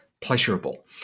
Pleasurable